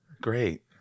great